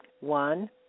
One